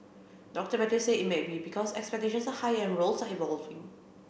Doctor Mathews said it may be because expectations are higher and roles are evolving